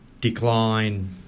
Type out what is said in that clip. decline